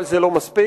אבל זה לא מספיק.